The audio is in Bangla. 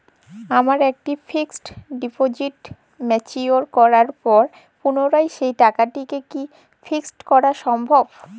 আমার একটি ফিক্সড ডিপোজিট ম্যাচিওর করার পর পুনরায় সেই টাকাটিকে কি ফিক্সড করা সম্ভব?